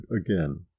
again